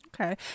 okay